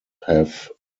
have